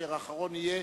האחרון יהיה,